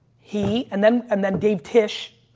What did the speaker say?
he and then, and then dave tish,